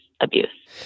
abuse